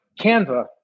Canva